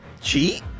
Cheat